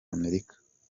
amerika